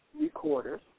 recorders